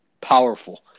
powerful